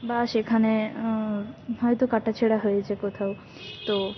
বা সেখানে হয়তো কাটা ছেঁড়া হয়েচে কোথাও তো